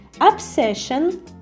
Obsession